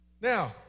Now